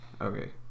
Okay